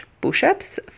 push-ups